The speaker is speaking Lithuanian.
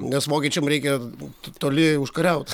nes vokiečiam reikia t toli užkariaut